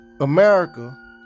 America